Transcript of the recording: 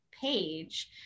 page